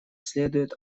следует